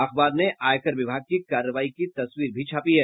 अखबार ने आयकर विभाग की कार्रवाई की तस्वीर भी छापी है